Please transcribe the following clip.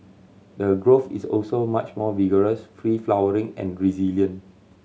the growth is also much more vigorous free flowering and resilient